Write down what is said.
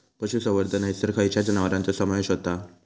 पशुसंवर्धन हैसर खैयच्या जनावरांचो समावेश व्हता?